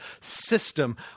system